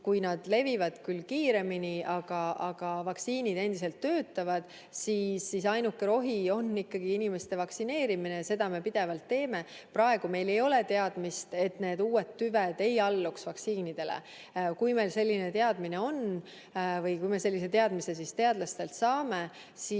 viirused levivad küll kiiremini, aga vaktsiinid endiselt toimivad, siis ainuke rohi on ikkagi inimeste vaktsineerimine. Seda me pidevalt teeme. Praegu meil ei ole teadmist, et need uued tüved ei alluks vaktsiinile. Kui meil selline teadmine tuleb, kui me sellise teadmise teadlastelt saame, siis